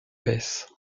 baisse